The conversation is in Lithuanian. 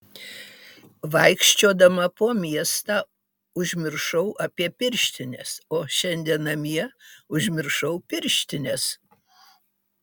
vaikščiodama po miestą užmiršau apie pirštines o šiandien namie užmiršau pirštines